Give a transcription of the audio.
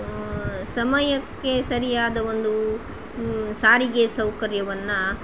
ಸಮಯಕ್ಕೆ ಸರಿಯಾದ ಒಂದು ಸಾರಿಗೆ ಸೌಕರ್ಯವನ್ನು